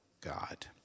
God